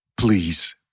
Please